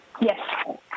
Yes